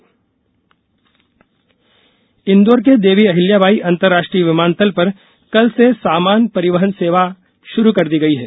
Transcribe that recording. विमान सेवा इंदौर के देवी अहिल्याबाई अंतरराष्ट्रीय विमान तल पर कल से सामान परिवहन विमान सेवा षुरू कर दी गई है